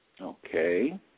Okay